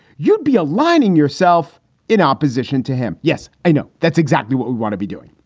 you'd be aligning yourself in opposition to him. yes, i know. that's exactly what we want to be doing.